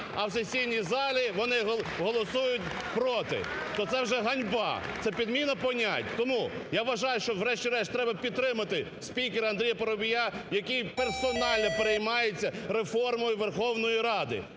а в сесійній залі вони голосують проти! То це – ганьба, це – підміна понять. Тому, я вважаю, що врешті-решт треба підтримати спікера Андрія Парубія, який персонально переймається реформою Верховної Ради.